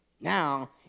Now